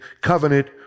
covenant